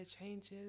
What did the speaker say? changes